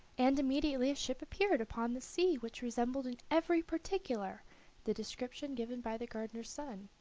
and immediately a ship appeared upon the sea which resembled in every particular the description given by the gardener's son,